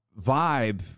vibe